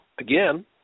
again